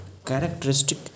characteristic